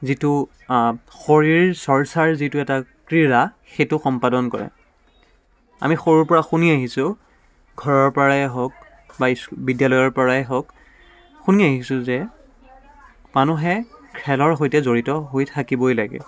যিটো শৰীৰ চৰ্চাৰ যিটো এটা ক্ৰীড়া সেইটো সম্পাদন কৰে আমি সৰুৰ পৰা শুনি আহিছোঁ ঘৰৰ পৰাই হওক বা ইস্ বিদ্যালয়ৰ পৰাই হওক শুনি আহিছোঁ যে মানুহে খেলৰ সৈতে জড়িত হৈ থাকিবই লাগে